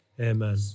Amen